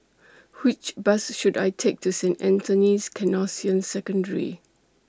Which Bus should I Take to Saint Anthony's Canossian Secondary